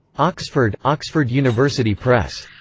oxford oxford university press.